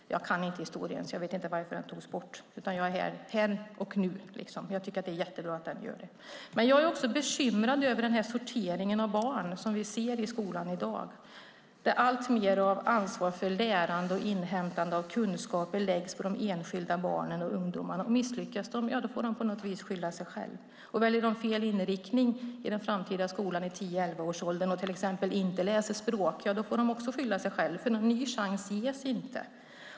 Jag kan inte historien bakom och vet därför inte varför den togs bort. Jag är här och nu, och jag tycker att det är jättebra att den återinförs. Jag är även bekymrad över den sortering av barn som vi ser i skolan i dag där alltmer ansvar för lärande och inhämtande av kunskap läggs på de enskilda barnen och ungdomarna. Om de misslyckas får de skylla sig själva. Om de i den framtida skolan väljer fel inriktning i tio eller elvaårsåldern och till exempel inte läser språk får de också skylla sig själva, för någon ny chans ges inte.